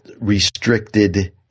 restricted